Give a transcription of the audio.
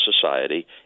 society